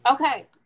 Okay